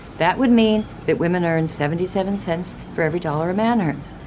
that would mean that women earn seventy seven cents for every dollar a man earns.